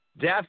death